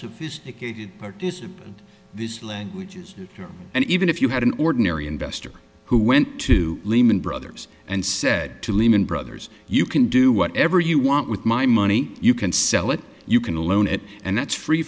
sophisticated participant this language is there and even if you had an ordinary investor who went to lehman brothers and said to lehman brothers you can do whatever you want with my money you can sell it you can loan it and that's free